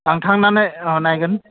आं थांनानै अ नायगोन